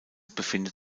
befindet